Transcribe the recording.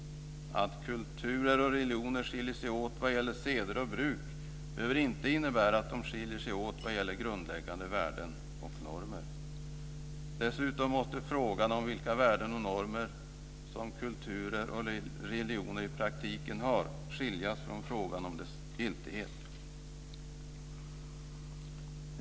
Att kulturer och religioner skiljer sig åt vad gäller seder och bruk behöver inte innebära att de skiljer sig åt vad gäller grundläggande värden och normer. Dessutom måste frågan om vilka värden och normer som kulturer och religioner i praktiken har skiljas från frågan om dess giltighet.